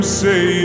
say